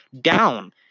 down